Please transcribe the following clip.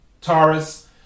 Taurus